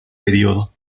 periodo